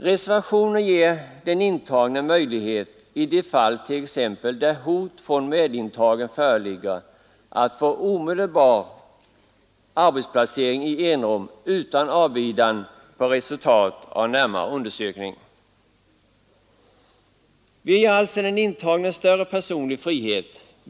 Reservationen ger den intagne möjlighet i fall där t.ex. hot från medintagen föreligger att få en omedelbar arbetsplacering i enrum utan avbidan på resultat av närmare undersökning. Vi ger alltså den intagne större personlig frihet.